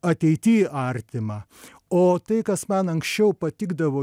ateity artima o tai kas man anksčiau patikdavo